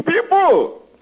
people